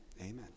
amen